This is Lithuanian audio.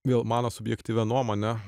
vėl mano subjektyvia nuomone